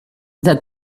that